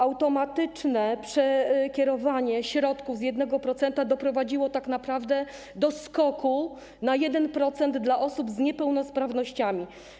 Automatyczne przekierowanie środków z 1% doprowadziło tak naprawdę do skoku na 1% dla osób z niepełnosprawnościami.